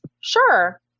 sure